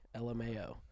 LMAO